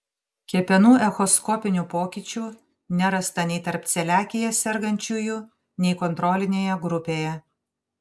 kepenų echoskopinių pokyčių nerasta nei tarp celiakija sergančiųjų nei kontrolinėje grupėje